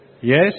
Yes